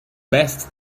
best